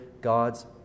God's